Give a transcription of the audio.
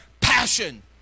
passion